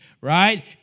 right